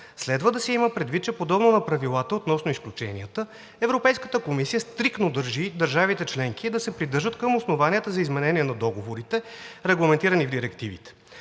Следва да се има предвид, че подобно на правилата относно изключенията Европейската комисия стриктно държи държавите членки да се придържат към основанията за изменение на договорите, регламентирани в директивите.